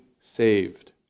saved